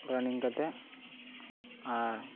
ᱨᱟᱱᱤᱝ ᱠᱟᱛᱮᱜ ᱟᱨ